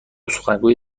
سخنگوی